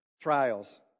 trials